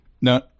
No